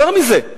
יותר מזה,